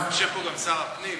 יושב פה גם שר הפנים,